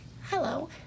Hello